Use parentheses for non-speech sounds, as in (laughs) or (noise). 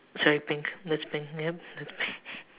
sorry pink that's pink yup that's pink (laughs)